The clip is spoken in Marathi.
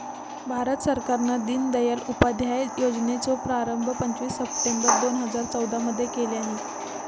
भारत सरकारान दिनदयाल उपाध्याय योजनेचो प्रारंभ पंचवीस सप्टेंबर दोन हजार चौदा मध्ये केल्यानी